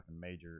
major